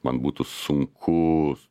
man būtų sunku